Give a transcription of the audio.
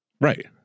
Right